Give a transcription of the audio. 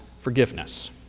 forgiveness